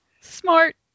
Smart